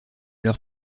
leur